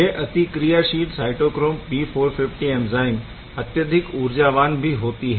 यह अतिक्रियाशील cytochrome P450 enzyme अत्यधिक ऊर्जा वान भी होती है